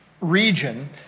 region